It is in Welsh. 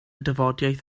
dafodiaith